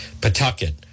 Pawtucket